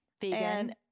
Vegan